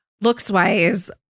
Looks-wise